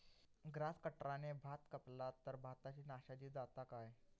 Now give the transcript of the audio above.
Grass कटराने भात कपला तर भाताची नाशादी जाता काय?